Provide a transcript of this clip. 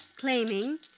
claiming